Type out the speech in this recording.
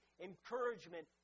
encouragement